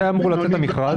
מתי אמור לצאת המכרז?